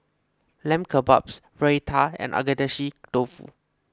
Lamb Kebabs Raita and Agedashi Dofu